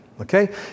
okay